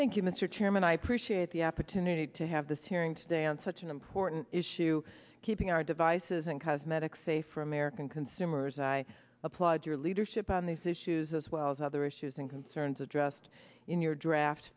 mr chairman i appreciate the opportunity to have this hearing today on such an important issue keeping our devices and cosmetics safe for american consumers i applaud your leadership on these issues as well as other issues and concerns addressed in your draft